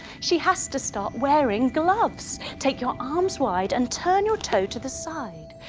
she has to start wearing gloves. take your arms wide and turn your toe to the side.